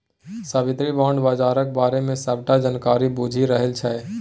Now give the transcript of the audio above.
साबित्री bond बजारक बारे मे सबटा जानकारी बुझि रहल छै